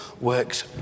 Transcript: works